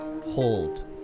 Hold